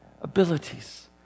abilities